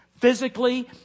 Physically